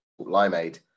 limeade